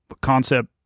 concept